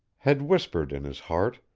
had whispered in his heart,